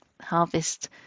harvest